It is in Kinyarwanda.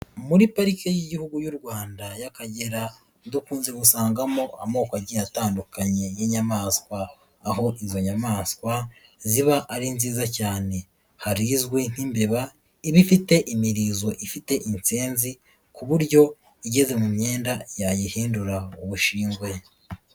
Muri Parike y'Igihugu y'u Rwanda y'Akagera dukunze gusangamo amoko agiye atandukanye y'inyamaswa, aho izo nyamaswa ziba ari nziza cyane, hari izwi nk'imbeba iba ifite imirizo ifite insenzi, ku buryo igeze mu myenda yayihindura ubushingwe.